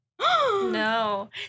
No